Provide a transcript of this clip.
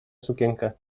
sukienkę